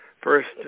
First